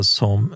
som